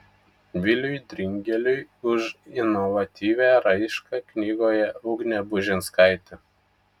viliui dringeliui už inovatyvią raišką knygoje ugnė bužinskaitė